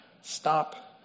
Stop